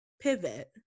pivot